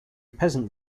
peasant